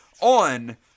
on